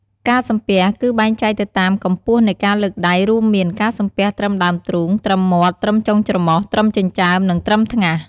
ការសំពះ គឺបែងចែកទៅតាមកម្ពស់នៃការលើកដៃ រួមមាន ការសំពះត្រឹមដើមទ្រូង ត្រឹមមាត់ ត្រឹមចុងច្រមុះ ត្រឹមចិញ្ចើម និងត្រឹមថ្ងាស។